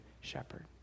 shepherd